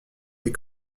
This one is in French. des